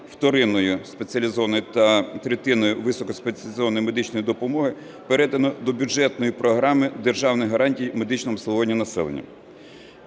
вторинної спеціалізованої та третинної високоспеціалізованої медичної допомоги передано до бюджетної програми державних гарантій медичного обслуговування населення.